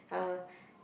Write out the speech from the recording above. uh